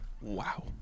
Wow